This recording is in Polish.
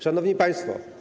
Szanowni Państwo!